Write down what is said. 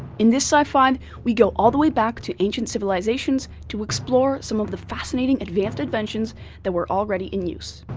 in this sci five, we go all the way back to ancient civilizations to explore some of the fascinating advanced inventions that were already in use.